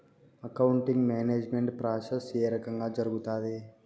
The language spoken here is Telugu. అకౌంటింగ్ మేనేజ్మెంట్ ప్రాసెస్ ఏ రకంగా జరుగుతాది